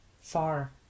Far